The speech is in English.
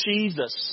Jesus